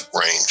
range